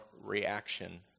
reaction